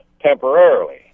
temporarily